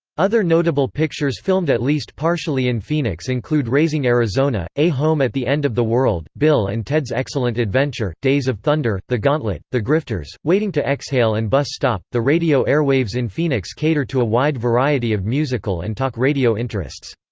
other notable pictures filmed at least partially in phoenix include raising arizona, a home at the end of the world, bill and ted's excellent adventure, days of thunder, the gauntlet, the grifters, waiting to exhale and bus stop the radio airwaves in phoenix cater to a wide variety of musical and talk radio interests.